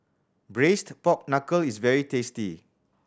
Braised Pork Knuckle is very tasty